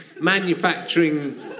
manufacturing